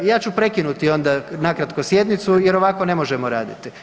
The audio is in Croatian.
Ja ću prekinuti onda nakratko sjednicu jer ovako ne možemo raditi.